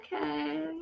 okay